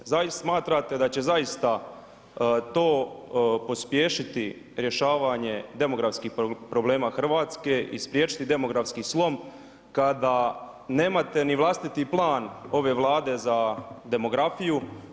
Zar vi smatrate da će zaista to pospješiti rješavanje demografskih problema Hrvatske i spriječiti demografski slom kada nemate ni vlastiti plan ove Vlade za demografiju.